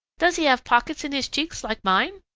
does he have pockets in his cheeks like mine?